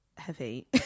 heavy